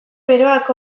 beroak